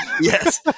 Yes